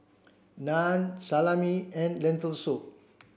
Naan Salami and Lentil soup